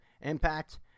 Impact